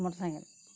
motor cycle